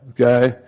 okay